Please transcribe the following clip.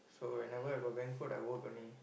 so whenever I got banquet I work only